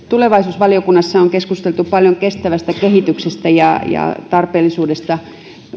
tulevaisuusvaliokunnassa on keskusteltu paljon kestävästä kehityksestä ja tarpeellisuudesta